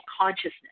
consciousness